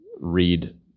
read